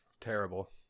Terrible